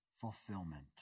fulfillment